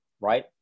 right